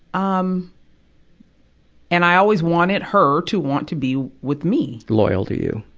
um and i always wanted her to want to be with me. loyal to you.